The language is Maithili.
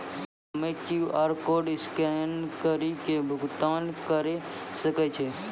हम्मय क्यू.आर कोड स्कैन कड़ी के भुगतान करें सकय छियै?